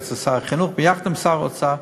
בעצם שר החינוך יחד עם שר האוצר,